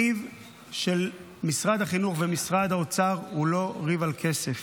הריב של משרד החינוך ומשרד האוצר הוא לא ריב על כסף,